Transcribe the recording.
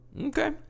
Okay